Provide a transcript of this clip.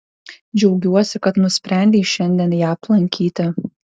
džiaugiuosi kad nusprendei šiandien ją aplankyti